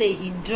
செய்கின்றோம்